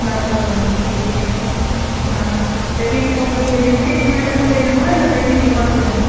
makeup போடணும் okay okay எப்படி உங்களுக்கு என்கேஜ்மெண்ட்டுக்கும் வேணுமா இல்லை வெட்டிங்க்கு மட்டும் வேணுமா